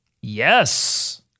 yes